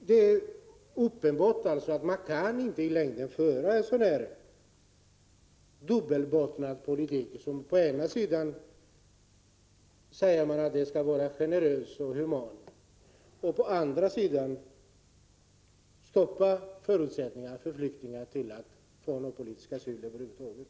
Det är uppenbart att man inte i längden kan föra en sådan här dubbelbottnad politik som å ena sidan vill gälla för att vara generös och human och å andra sidan stoppar förutsättningarna för flyktingar att få politisk asyl över huvud taget.